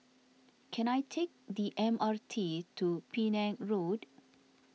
can I take the M R T to Penang Road